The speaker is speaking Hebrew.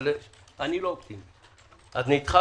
אם זה לא